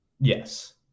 Yes